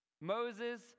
Moses